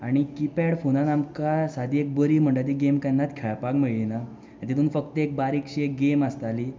आनी कीपॅड फोनान आमकां सादी एक बरी म्हणटा ती गॅम केन्नाच खेळपाक मेळ्ळी ना तितून फक्त एक बारीकशी गेम आसताली